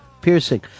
Piercing